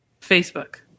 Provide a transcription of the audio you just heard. Facebook